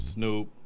Snoop